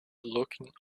looking